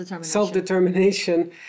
self-determination